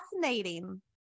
fascinating